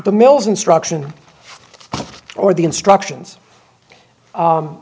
the mills instruction or the instructions u